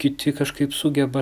kiti kažkaip sugeba